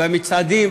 למצעדים,